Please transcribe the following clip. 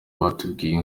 batubwiye